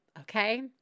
okay